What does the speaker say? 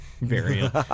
variant